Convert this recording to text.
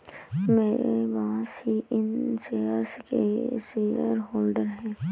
मेरे बॉस ही इन शेयर्स के शेयरहोल्डर हैं